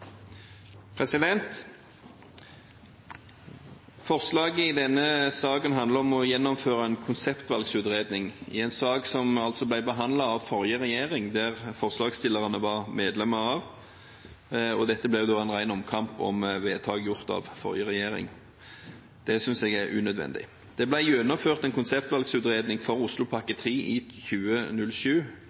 Forslaget i denne saken handler om å gjennomføre en konseptvalgutredning i en sak som ble behandlet av den forrige regjeringen, som forslagsstillerne var medlemmer av, og dette blir derfor en ren omkamp om vedtak som ble gjort av den forrige regjeringen. Det synes jeg er unødvendig. Det ble gjennomført en konseptvalgutredning for Oslopakke 3 i 2007.